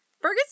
Fergus